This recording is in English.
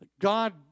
God